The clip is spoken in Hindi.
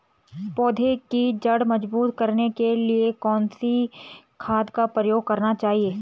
पौधें की जड़ मजबूत करने के लिए कौन सी खाद का प्रयोग करना चाहिए?